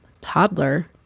toddler